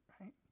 Right